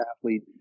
athlete